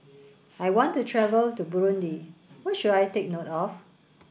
I want to travel to Burundi What should I take note of